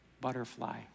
butterfly